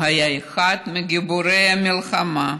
היה אחד מגיבורי המלחמה.